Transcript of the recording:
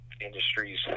industries